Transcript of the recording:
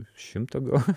šimtą gal